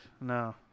no